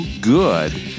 good